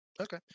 Okay